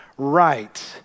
right